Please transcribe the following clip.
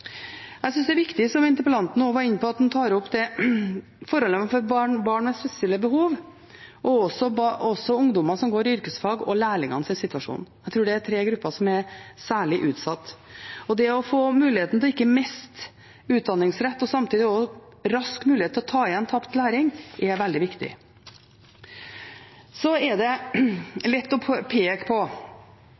Jeg synes det er viktig, som interpellanten også var inne på, at en tar opp forholdene for barn med spesielle behov og også for ungdommer som går i yrkesfag, og lærlingenes situasjon. Jeg tror det er tre grupper som er særlig utsatt. Det å få muligheten til ikke å miste utdanningsrett og samtidig også mulighet til raskt å ta igjen tapt læring er veldig viktig. Så er det lett å peke på at en har bevilget penger, og så er en usikker på